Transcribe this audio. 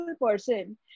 person